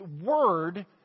word